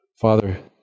father